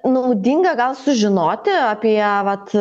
naudinga gal sužinoti apie vat